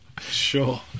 Sure